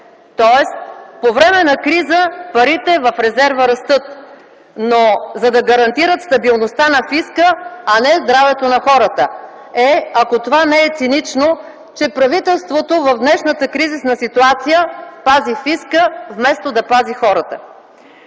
Тоест по време на криза парите в резерва растат, но за да гарантират стабилността на фиска, а не здравето на хората. Е, ако това не е цинично! – че правителството в днешната кризисна ситуация прави фиска, вместо да пази хората.